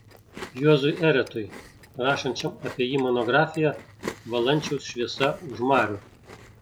juozui eretui rašančiam apie jį monografiją valančiaus šviesa už marių